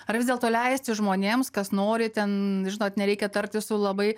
ar vis dėlto leisti žmonėms kas nori ten žinot nereikia tartis su labai